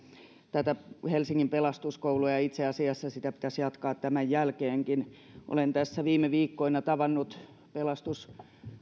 tätä helsingin pelastuskoulua ja itse asiassa sitä pitäisi jatkaa tämän jälkeenkin olen tässä viime viikkoina tavannut pelastus